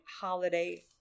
holiday